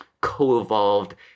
co-evolved